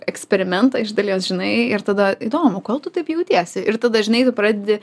eksperimentą iš dalies žinai ir tada įdomu kodėl tu taip jautiesi ir tada žinai tu pradedi